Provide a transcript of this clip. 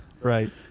Right